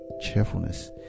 cheerfulness